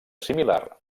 similar